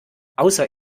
außer